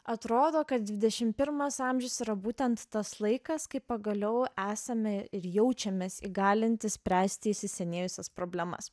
atrodo kad dvidešim pirmas amžius yra būtent tas laikas kai pagaliau esame ir jaučiamės įgalinti spręsti įsisenėjusias problemas